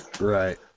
Right